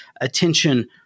Attention